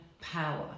power